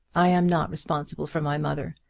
i am not responsible for my mother.